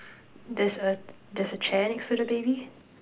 there's a there's a chair next to the baby